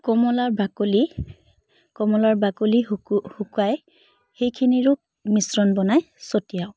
কমলাৰ বাকলি কমলাৰ বাকলি শুকু শুকাই সেইখিনিৰো মিশ্ৰণ বনাই ছটিয়াওঁ